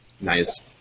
Nice